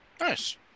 Nice